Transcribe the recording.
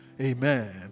Amen